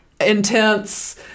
intense